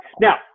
now